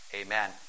Amen